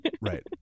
right